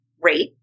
rate